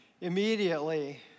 Immediately